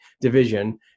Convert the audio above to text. division